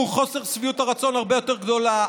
וחוסר שביעות הרצון הרבה יותר גדולים,